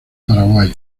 paraguay